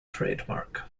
trademark